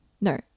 No